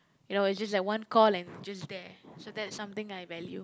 you know it's just like one call and just there so that's something I value